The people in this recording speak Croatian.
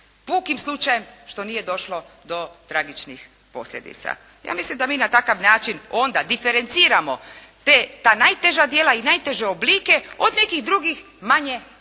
pukim slučajem što nije došlo do tragičnih posljedica. Ja mislim da mi na takav način onda diferenciramo ta najteža djela i najteže oblike od nekih drugih manje važnih